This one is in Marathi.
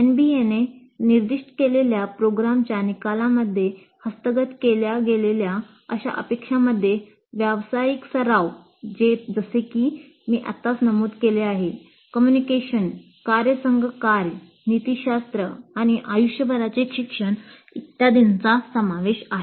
एनबीएने कार्यसंघ कार्य नीतिशास्त्र आणि आयुष्यभराचे शिक्षण इत्यादींचा समावेश आहे